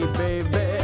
baby